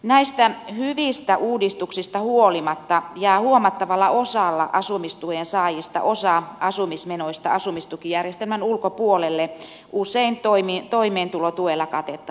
näistä hyvistä uudistuksista huolimatta jää huomattavalla osalla asumistuen saajista osa asumismenoista asumistukijärjestelmän ulkopuolelle usein toimeentulotuella katettavaksi